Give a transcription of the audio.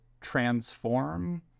transform